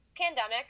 pandemic